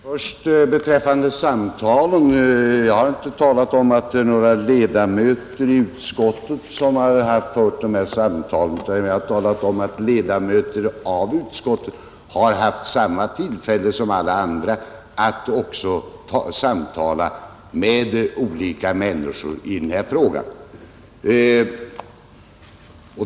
Herr talman! Vad beträffar samtalen så har jag inte sagt att det är några ledamöter i utskottet som fört sådana samtal utan jag har talat om att ledamöter av utskottet haft tillfälle att samtala med olika människor i denna fråga.